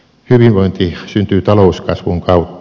hyvinvointi syntyy talouskasvun kautta